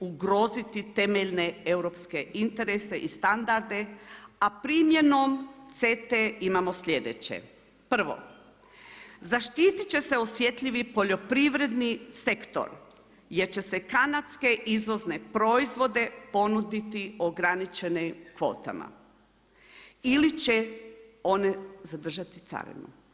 ugroziti temeljne europske interese i standarde, a primjenom CETA-e imamo sljedeće: 1. Zaštitit će se osjetljivi poljoprivredni sektor jer će se kanadske izvozne proizvode ponuditi ograničenim kvotama ili će one zadržati carinu.